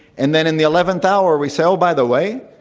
and then in the eleventh hour we say, oh, by the way,